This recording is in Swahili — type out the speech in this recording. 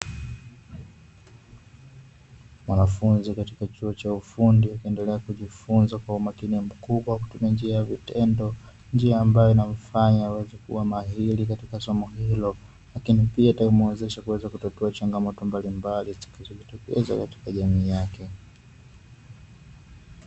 Wanafunzi katika chuo cha ufundi wakiendelea kujifunza kwa umakini mkubwa kutumia njia ya vitendo, njia ambayo inamufanya aweze kuwa mahiri katika somo hilo, lakini pia itayomuwezesha kuweza kutatua changamoto mbalimbali zitakazojitokeza katika jamii yake.